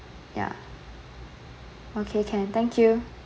ya okay can thank you